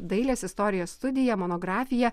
dailės istorijos studija monografija